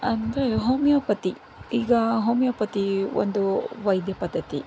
ಅಂದರೆ ಹೋಮಿಯೋಪತಿ ಈಗ ಹೋಮಿಯೋಪತಿ ಒಂದು ವೈದ್ಯ ಪದ್ಧತಿ